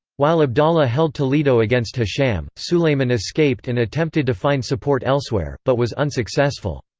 while abdallah held toledo against hisham, sulayman escaped and attempted to find support elsewhere, but was unsuccessful.